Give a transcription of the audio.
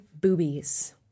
boobies